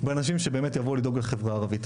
באנשים שבאמת יבואו לדאוג לחברה הערבית,